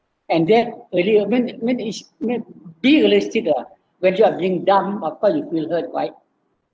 and then earlier when when it's I mean be realistic ah when you are being dumped of course you feel hurt right